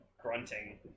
grunting